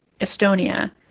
Estonia